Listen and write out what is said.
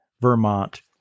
Vermont